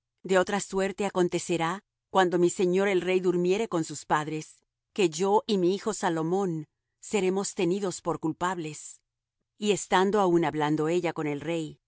de otra suerte acontecerá cuando mi señor el rey durmiere con sus padres que yo y mi hijo salomón seremos tenidos por culpables y estando aún hablando ella con el rey